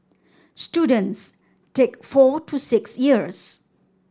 students take four to six years